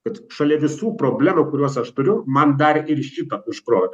kad šalia visų problemų kuriuos aš turiu man dar ir šitą užkrovė